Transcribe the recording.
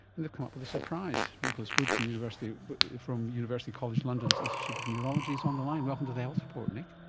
and they've come up with a surprise. nicholas wood from university from university college london's institute of neurology is on the line. welcome to the health report, nick.